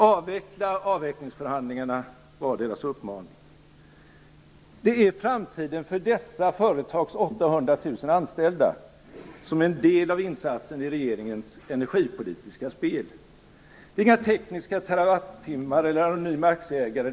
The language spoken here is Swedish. Avveckla avvecklingsförhandlingarna! var deras uppmaning. Det är framtiden för dessa företags 800 000 anställda som är en del av insatsen i regeringens energipolitiska spel. Det handlar inte om några tekniska terawattimmar eller någon anonym aktieägare.